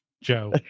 Joe